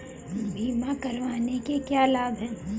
बीमा करवाने के क्या क्या लाभ हैं?